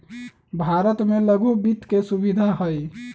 भारत में लघु वित्त के सुविधा हई